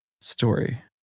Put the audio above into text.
story